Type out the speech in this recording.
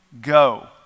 go